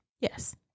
Yes